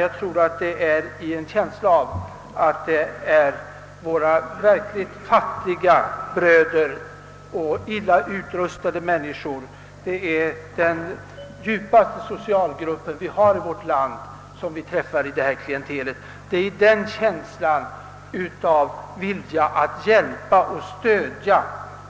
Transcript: Vi skall ha en känsla av att det är våra verkligt fattiga och illa utrustade bröder, att det är den lägsta socialgruppen i vårt land som vi träffar bland detta klientel. Det är i den känslan av att vilja humant hjälpa och stödja